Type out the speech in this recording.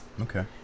Okay